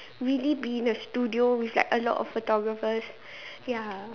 really been in a studio with like a lot of photographers ya